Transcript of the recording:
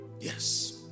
Yes